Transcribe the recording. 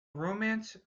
romance